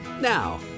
Now